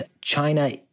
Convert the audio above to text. China